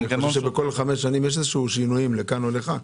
כי אחרי חמש שנים יש איזה שהם שינויים לכאן או לכאן.